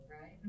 right